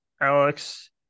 Alex